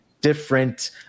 different